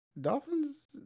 Dolphins